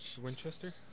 Winchester